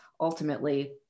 ultimately